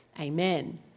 Amen